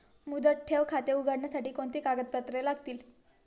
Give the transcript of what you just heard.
मुदत ठेव खाते उघडण्यासाठी कोणती कागदपत्रे लागतील?